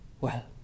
Well